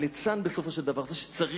הליצן, בסופו של דבר, זה שצריך,